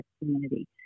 community